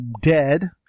dead